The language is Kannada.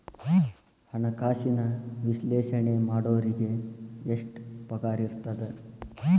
ಹಣ್ಕಾಸಿನ ವಿಶ್ಲೇಷಣೆ ಮಾಡೋರಿಗೆ ಎಷ್ಟ್ ಪಗಾರಿರ್ತದ?